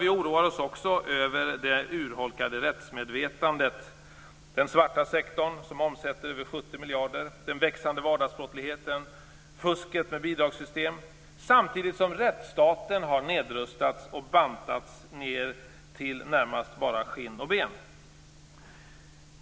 Vi oroar oss också över det urholkade rättsmedvetandet, den svarta sektorn som omsätter över 70 miljarder, den växande vardagsbrottsligheten, fusket med bidragssystem, samtidigt som rättsstaten har nedrustats och bantats ned till närmast bara skinn och ben.